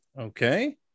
Okay